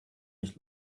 nicht